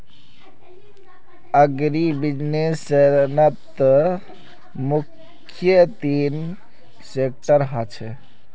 अग्रीबिज़नेसत मुख्य तीन सेक्टर ह छे